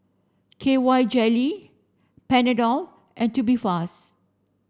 K Y jelly Panadol and Tubifast